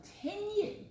continue